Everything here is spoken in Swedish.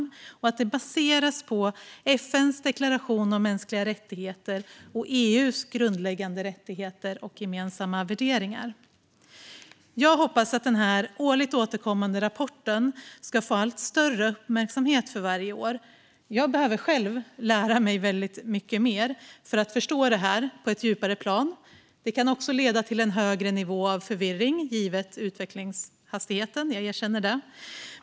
Regelverket ska baseras på FN:s deklaration om mänskliga rättigheter samt EU:s grundläggande rättigheter och gemensamma värderingar. Jag hoppas att den här årligt återkommande rapporten ska få allt större uppmärksamhet för varje år. Jag behöver själv lära mig väldigt mycket mer för att förstå det här på ett djupare plan. Det kan också leda till en högre nivå av förvirring givet utvecklingshastigheten; jag erkänner det.